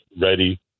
ready